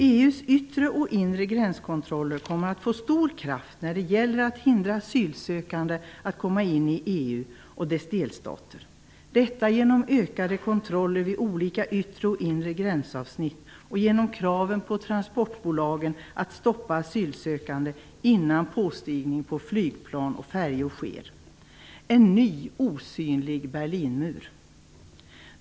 EU:s yttre och inre gränskontroller kommer att få stor kraft när det gäller att hindra asylsökande att komma in i EU och dess delstater. Detta sker genom ökade kontroller vid olika yttre och inre gränsavsnitt och genom kraven på transportbolagen att stoppa asylsökande innan påstigning på flygplan och färjor sker. En ny osynlig Berlinmur.